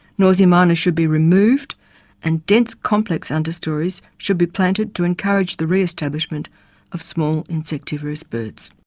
noisy miners should be removed and dense complex understories should be planted to encourage the re-establishment of small insectivorous birds.